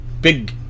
Big